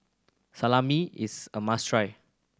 salami is a must try